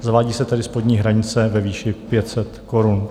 Zavádí se tedy spodní hranice ve výši 500 korun.